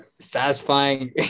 satisfying